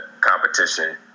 competition